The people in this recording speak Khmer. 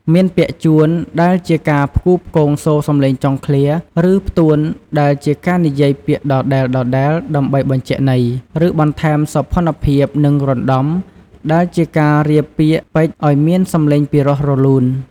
មាន ពាក្យជួន ដែលជាការផ្គូផ្គងសូរសំឡេងចុងឃ្លា ឬ ផ្ទួនដែលជាការនិយាយពាក្យដដែលៗដើម្បីបញ្ជាក់ន័យ ឬបន្ថែមសោភ័ណភាព និង រណ្តំ ដែលជាការរៀបពាក្យពេចន៍ឱ្យមានសំឡេងពីរោះរលូន។